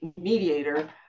mediator